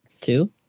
Two